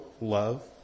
love